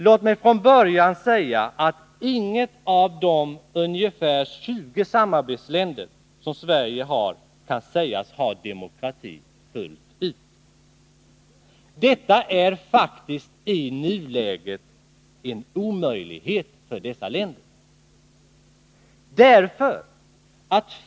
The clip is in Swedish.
Låt mig från början säga att inget av de ungefär 20 samarbetsländer som Sverige har kan sägas ha demokrati fullt ut. Detta är faktiskt i nuläget en omöjlighet för dessa länder.